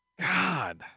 God